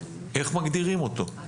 איך מגדירים אותו?